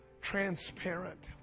transparent